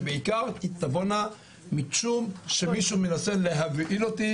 שבעיקר תבואנה משום שמישהו מנסה להבהיל אותי